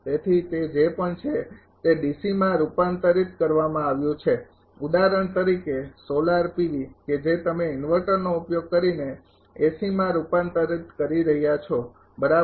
તેથી તે જે પણ છે તે DC માં પણ રૂપાંતરિત કરવામાં આવ્યું છે ઉદાહરણ તરીકે સોલાર PV કે જે તમે ઇન્વર્ટરનો ઉપયોગ કરીને ACમાં રૂપાંતરિત કરી રહ્યાં છો બરાબર